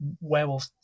werewolf